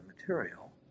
material